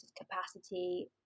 capacity